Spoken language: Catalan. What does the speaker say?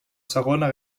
segona